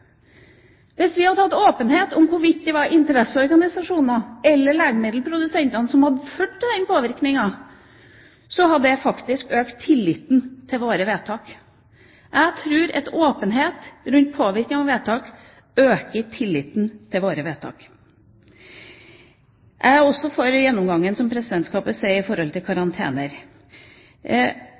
Hvis vi hadde hatt åpenhet om hvorvidt det var interesseorganisasjoner eller legemiddelprodusentene som hadde påvirket, hadde det økt tilliten til våre vedtak. Jeg tror at åpenhet rundt påvirkning på vedtak øker tilliten til våre vedtak. Jeg er også for gjennomgangen, som Presidentskapet snakker om, når det gjelder karantene og adgangskort for tidligere representanter. Jeg ser ingen grunn til